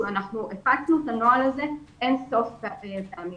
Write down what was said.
הפצנו את הנוהל הזה אין סוף פעמים.